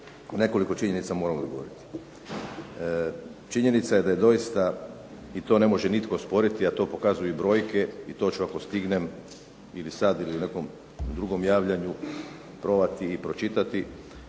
nekoliko činjenica moram odgovoriti. Činjenica je da je doista, i to ne može nitko osporiti, a to pokazuju i brojke i to ću ako stignem ili sad ili u nekom drugom javljanju probati i pročitati,